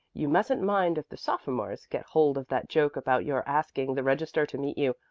you mustn't mind if the sophomores get hold of that joke about your asking the registrar to meet you.